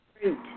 fruit